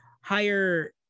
higher